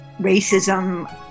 racism